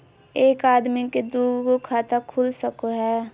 एक आदमी के दू गो खाता खुल सको है?